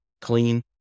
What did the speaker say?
clean